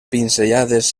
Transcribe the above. pinzellades